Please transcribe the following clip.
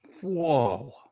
Whoa